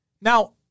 Now